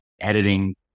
editing